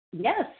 Yes